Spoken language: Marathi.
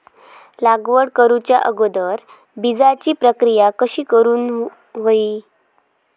लागवड करूच्या अगोदर बिजाची प्रकिया कशी करून हवी?